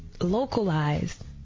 localized